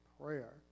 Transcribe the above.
prayer